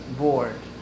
board